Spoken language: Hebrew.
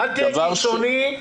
אל תהיה קיצוני.